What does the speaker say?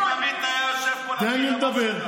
תן לי לדבר,